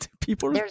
people